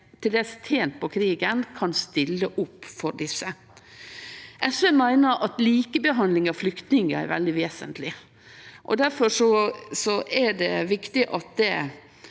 til dels har tent på krigen, kan stille opp for dei. SV meiner at likebehandling av flyktningar er veldig vesentleg. Difor er det viktig at ein